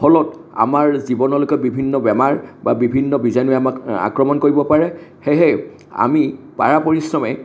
ফলত আমাৰ জীৱনলৈকো বিভিন্ন বেমাৰ বা বিভিন্ন বীজাণুৱে আমাক আক্ৰমণ কৰিব পাৰে সেয়েহে আমি পাৰা পৰিশ্ৰমে